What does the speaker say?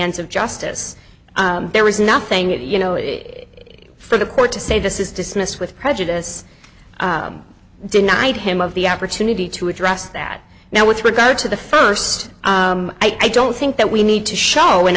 ends of justice there is nothing that you know is for the court to say this is dismissed with prejudice denied him of the opportunity to address that now with regard to the first i don't think that we need to show